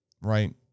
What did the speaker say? right